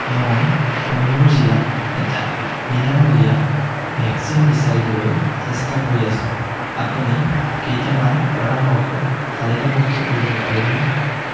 মই কৈমুৰ জিলাত এটা বিনামূলীয়া ভেকচিন বিচাৰিবলৈ চেষ্টা কৰি আছোঁ আপুনি কেইটামান পৰামৰ্শ তালিকাভূক্ত কৰিব পাৰিবনে